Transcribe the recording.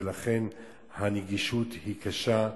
ולכן הנגישות היא קשה.